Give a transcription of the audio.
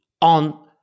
on